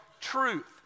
Truth